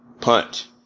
Punt